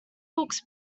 books